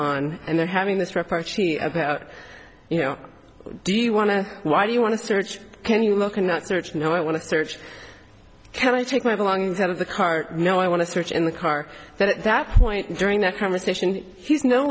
on and then having this report she about you know do you want to why do you want to search can you look at not search no i want to search can i take my belongings out of the car no i want to search in the car that at that point during that conversation he's no